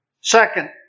Second